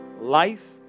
Life